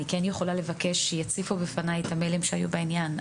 אני כן יכולה לבקש שיציגו בפניי את המיילים שהיו בעניין.